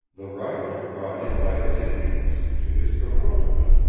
the rifle brought in by his indians, to his bewilderment,